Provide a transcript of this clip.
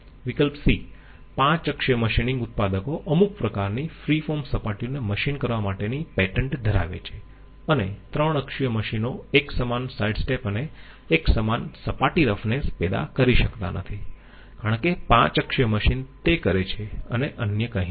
વિકલ્પ c 5 અક્ષીય machine ઉત્પાદકો અમુક પ્રકારની ફ્રી ફોર્મ સપાટીઓને મશિન કરવા માટેની પેટન્ટ ધરાવે છે અને ત્રણ અક્ષીય મશીનો એકસમાન સાઈડસ્ટેપ અને એકસમાન સપાટી રફનેસ પેદા કરી શકતા નથી કારણ કે 5 અક્ષીય મશીન તે કરે છે અને અન્ય કંઈ નહીં